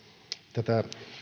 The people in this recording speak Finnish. tätä